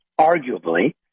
arguably